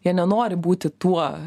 jie nenori būti tuo